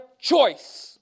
choice